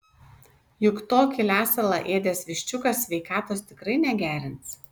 juk tokį lesalą ėdęs viščiukas sveikatos tikrai negerins